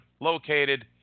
located